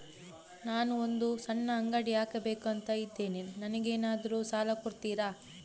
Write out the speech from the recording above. ನಾನು ಒಂದು ಸಣ್ಣ ಅಂಗಡಿ ಹಾಕಬೇಕುಂತ ಇದ್ದೇನೆ ನಂಗೇನಾದ್ರು ಸಾಲ ಕೊಡ್ತೀರಾ?